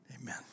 Amen